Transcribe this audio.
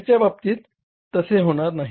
Ltd च्या बाबतीत तसे होणार नाही